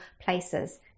places